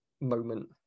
moment